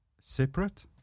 separate